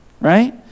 right